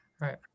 Right